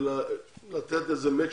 כדי לתת מאצ'ינג.